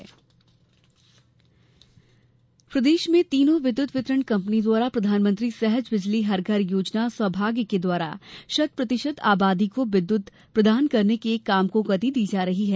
सौभाग्य योजना प्रदेश में तीनों विद्युत वितरण कंपनी द्वारा प्रधानमंत्री सहज बिजली हर घर योजना सौभाग्य के द्वारा शत प्रतिशत आबादी को विद्युत प्रदाय करने को काम को गति दी जा रही है